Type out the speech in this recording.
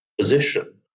position